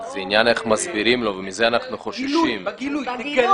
שהדברים יהיו ברורים וכתובים.